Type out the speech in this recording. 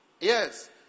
Yes